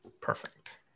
Perfect